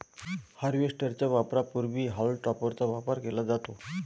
harvester च्या वापरापूर्वी हॉल टॉपरचा वापर केला जातो